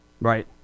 Right